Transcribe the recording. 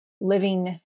living